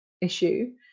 issue